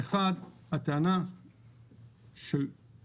לגבי הטענה - גם של